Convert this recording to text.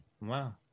Wow